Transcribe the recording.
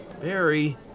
Barry